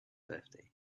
birthday